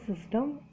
system